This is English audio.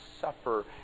suffer